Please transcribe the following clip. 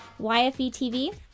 YFETV